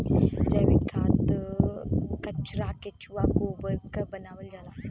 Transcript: जैविक खाद कचरा केचुआ गोबर क बनावल जाला